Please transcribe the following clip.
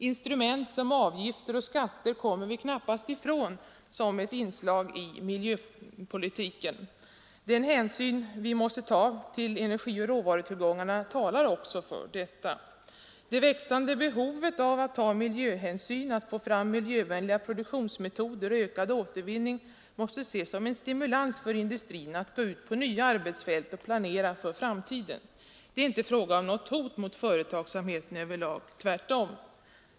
Instrument som avgifter och skatter kommer vi knappast ifrån som ett inslag i miljöpolitiken. Den hänsyn vi måste ta till energioch råvarutillgångarna talar också för detta. Det växande behovet av att ta miljöhänsyn, att få fram miljövänliga produktionsmetoder och ökad återvinning måste ses som en stimulans för industrin att gå ut på nya arbetsfält och planera för framtiden. Det är inte fråga om något hot mot företagsamheten över lag — tvärtom.